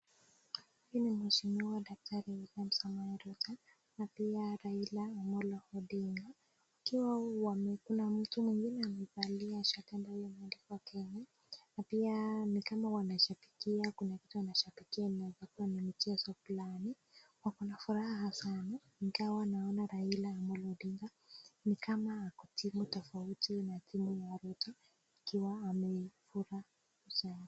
Huyu ni mheshimiwa daktari William Samoei Ruto, na pia Raila Amolo Odinga. Wakiwa kuna mtu mwingine amevalia shati ambayo imeandikwa Kenya, na pia ni kama wanashabikia kuna kitu wanashabikia labda ni michezo fulani. Wako na furaha sana, ingawa naona Raila Amolo Odinga ni kama ako timu tofauti na timu ya Ruto, ikiwa ameifura.